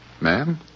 Ma'am